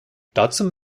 dazu